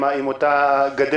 עם אותה גדר